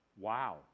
wow